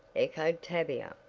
echoed tavia.